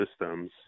systems